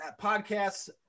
podcasts